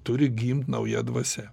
turi gimt nauja dvasia